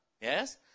Yes